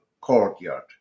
courtyard